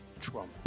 Trump